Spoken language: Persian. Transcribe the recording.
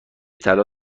طلا